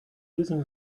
using